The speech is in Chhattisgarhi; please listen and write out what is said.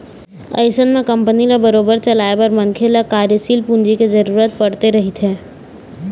अइसन म कंपनी ल बरोबर चलाए बर मनखे ल कार्यसील पूंजी के जरुरत पड़ते रहिथे